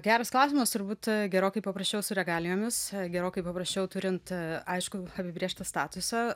geras klausimas turbūt gerokai paprasčiau su regalijomis gerokai paprasčiau turint aiškų apibrėžtą statusą